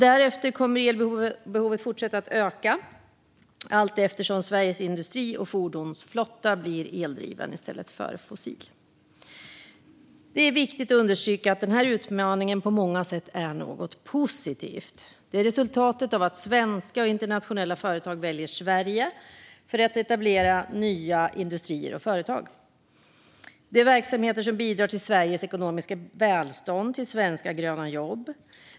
Därefter kommer elbehovet att fortsätta att öka, allteftersom Sveriges industri och fordonsflotta blir eldriven i stället för fossil. Det är viktigt att understryka att denna utmaning på många sätt är något positivt. Den är resultatet av att svenska och internationella företag väljer Sverige för att etablera nya industrier och företag. Det är verksamheter som bidrar till Sveriges ekonomiska välstånd och till svenska gröna jobb.